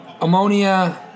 Ammonia